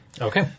Okay